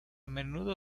menudo